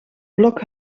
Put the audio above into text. blok